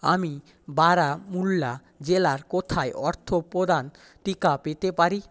আমি বারামুল্লা জেলার কোথায় অর্থপ্রদান টিকা পেতে পারি